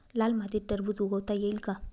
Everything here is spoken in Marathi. लाल मातीत टरबूज उगवता येईल का?